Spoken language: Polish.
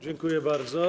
Dziękuję bardzo.